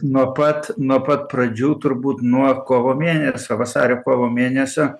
nuo pat nuo pat pradžių turbūt nuo kovo mėnesio vasario kovo mėnesio